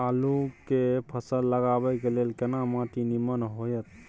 आलू के फसल लगाबय के लेल केना माटी नीमन होयत?